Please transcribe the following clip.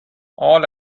all